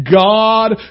God